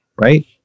right